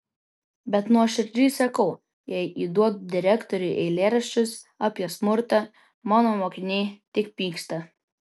bet nuoširdžiai sakau jei įduodu direktoriui eilėraščius apie smurtą mano mokiniai tik pyksta